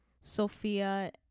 Sophia